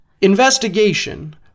Investigation